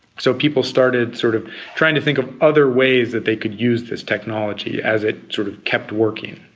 so people started sort of trying to think of other ways that they could use this technology as it sort of kept working.